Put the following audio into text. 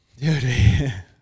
dude